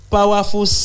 Powerful